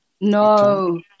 No